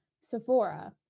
Sephora